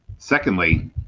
Secondly